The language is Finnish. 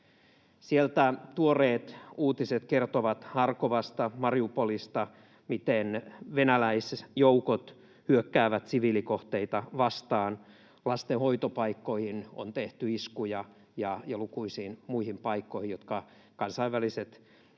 Tuoreet uutiset kertovat Harkovasta, Mariupolista, miten venäläisjoukot hyökkäävät siviilikohteita vastaan. Lasten hoitopaikkoihin ja lukuisiin muihin paikkoihin on tehty iskuja,